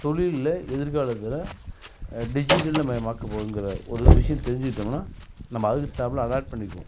தொழிலில் எதிர்காலத்தில் டிஜிட்டல் மையமாக்கப் போகுங்குற ஒரு விஷயம் தெரிஞ்சிக்கிட்டோம்னா நம்ம அதுக்கு தகுந்தாப்புல அலாட் பண்ணிப்போம்